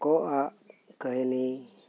ᱠᱚᱸᱜ ᱟᱜ ᱠᱟᱦᱤᱱᱤ